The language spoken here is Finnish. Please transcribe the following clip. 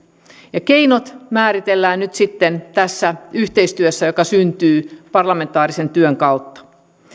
keinot määritellään nyt sitten tässä yhteistyössä joka syntyy parlamentaarisen työn kautta tämän